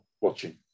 watching